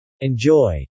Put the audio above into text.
Enjoy